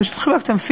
פשוט חיבקתי אותם,